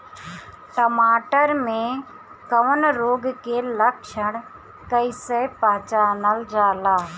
टमाटर मे कवक रोग के लक्षण कइसे पहचानल जाला?